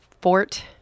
Fort